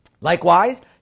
Likewise